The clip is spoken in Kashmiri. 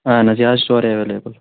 اَہَن حظ یہِ حظ چھُ سورُے ایٚویلیبٕل